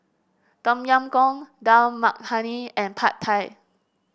Tom Yam Goong Dal Makhani and Pad Thai